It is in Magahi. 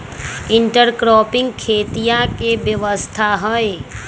इंटरक्रॉपिंग खेतीया के व्यवस्था हई